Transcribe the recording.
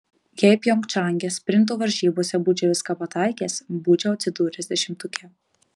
jei pjongčange sprinto varžybose būčiau viską pataikęs būčiau atsidūręs dešimtuke